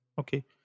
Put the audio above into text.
okay